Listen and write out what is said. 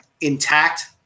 intact